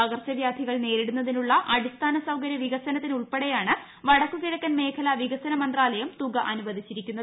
പകർച്ചവ്യാധികൾ നേരിടുന്നതിനുള്ള അടിസ്ഥാന സൌകര്യ വികസന ത്തിനുൾപ്പെടെയാണ് വ്ടുക്കുകിഴക്കൻ മേഖലാ വികസന മന്ത്രാലയം തുക അന്റ്റ്യ്ട്ടിച്ചിരിക്കുന്നത്